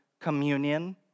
communion